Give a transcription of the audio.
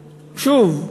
שוב,